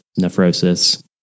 nephrosis